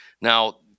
Now